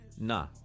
Nah